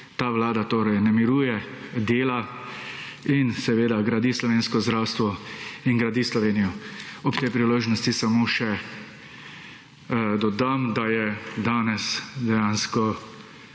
ta vlada torej ne miruje, dela in seveda gradi slovensko zdravstvo in gradi Slovenijo. Ob tej priložnosti samo še dodam, da je danes dejansko